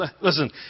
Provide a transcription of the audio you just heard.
listen